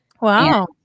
Wow